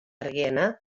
argiena